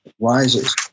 rises